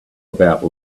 about